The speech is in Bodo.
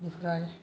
बेफोर आरो